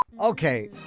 Okay